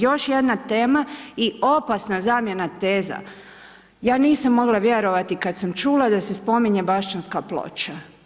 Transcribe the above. Još jedna tema i opasna zamjena teza, ja nisam mogla vjerovati kad sam čula da se spominje Baščanska ploča.